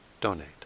donate